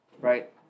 right